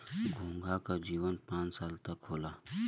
घोंघा क जीवन पांच साल तक क होला